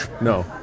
no